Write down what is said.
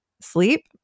sleep